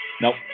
Nope